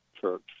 church